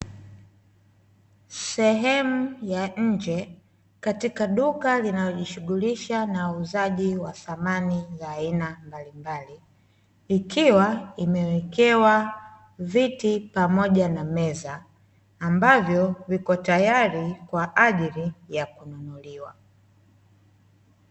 Sehemu ya nje katika duka linalo jishughulisha na uuzaji wa samani za aina mbalimbali, ikiwa imewekewa viti pamoja na meza ambavyo viko tayari kwa ajili ya kununuliwa.